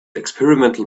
experimental